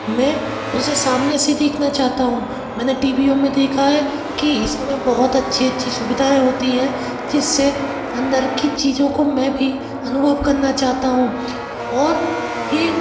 मैं उसे सामने से देखना चाहता हूँ मैंने टीभीयों में देखा है कि इसमें बहुत अच्छी अच्छी सुविधाएं होती हैं जिससे अन्दर की चीज़ों को मैं भी अनुभव करना चाहता हूँ और ये